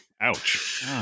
Ouch